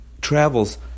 travels